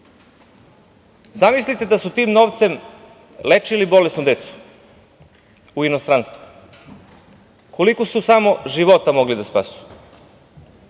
30.Zamislite da su tim novcem lečili bolesnu decu u inostranstvu, koliko su samo života mogli da spasu,